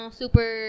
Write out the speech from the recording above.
super